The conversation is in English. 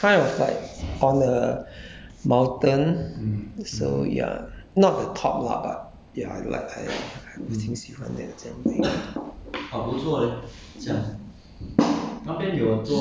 and and then the place also is like is kind of like on a mountain so yea not the top lah but ya you know what I 我已经喜欢那样在那边